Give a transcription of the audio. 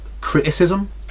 criticism